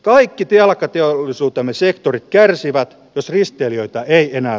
kaikki jalkateollisuutemme sektori kärsivät useista joita ei enää